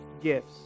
gifts